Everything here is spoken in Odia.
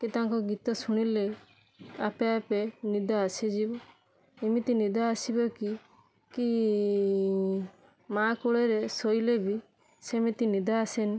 କି ତାଙ୍କ ଗୀତ ଶୁଣିଲେ ଆପେ ଆପେ ନିଦ ଆସିଯିବ ଏମିତି ନିଦ ଆସିବ କି କି ମାଁ କୋଳରେ ଶୋଇଲେ ବି ସେମିତି ନିଦ ଆସେନି